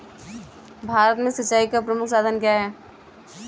भारत में सिंचाई का प्रमुख साधन क्या है?